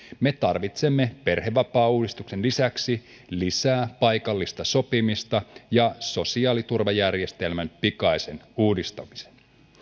me tarvitsemme perhevapaauudistuksen lisäksi lisää paikallista sopimista ja sosiaaliturvajärjestelmän pikaisen uudistamisen